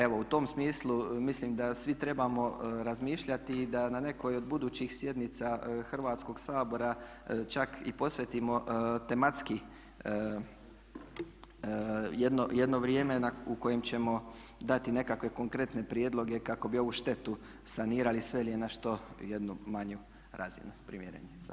Evo u tom smislu mislim da svi trebamo razmišljati da na nekoj od budućih sjednica Hrvatskog sabora čak i posvetimo tematski jedno vrijeme u kojem ćemo dati nekakve konkretne prijedloge kako bi ovu štetu sanirali, sveli na što jednu manju razinu, primjereniju.